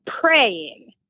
praying